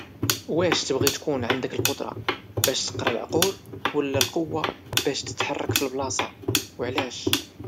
واش تبغي تكون عندك القدرة باش تقرا العقول ولى القوة باش تتحرك فالبلاصة وعلاش؟